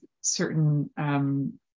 certain